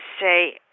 say